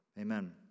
Amen